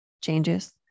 changes